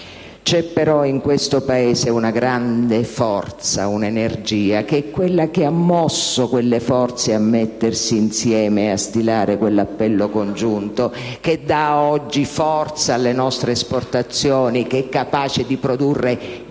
c'è però in questo Paese una grande forza, un'energia, che è quella che ha mosso quelle forze a mettersi insieme e a stilare quell'appello congiunto che dà oggi forza alle nostre esportazioni, che è capace di produrre genio